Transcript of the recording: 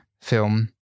film